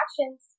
actions